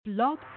Blog